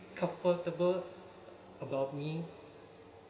comfortable about me